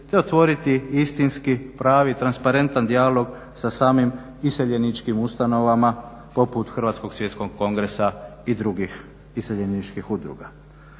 te otvoriti istinski, pravni, transparentan dijalog sa samim iseljeničkim ustanovama poput Hrvatskog svjetskog kongresa i drugih iseljeničkih udruga.